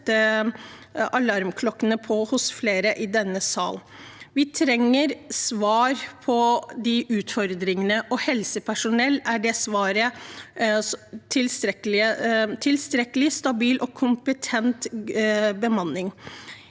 sette alarmklokkene på hos flere i denne sal. Vi trenger svar på de utfordringene, og for helsepersonell er svaret tilstrekkelig, stabil og kompetent bemanning.